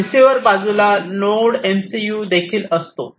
receiver बाजूला node M C U देखील असतो